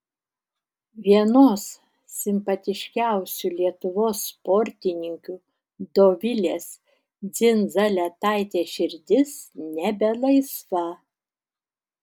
vienos simpatiškiausių lietuvos sportininkių dovilės dzindzaletaitės širdis nebe laisva